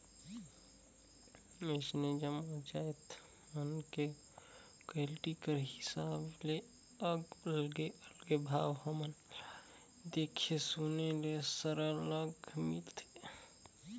अइसने जम्मो जाएत मन में क्वालिटी कर हिसाब ले अलगे अलगे भाव हमन ल देखे सुने ले सरलग मिलथे